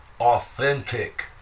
authentic